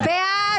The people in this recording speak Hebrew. מי נגד?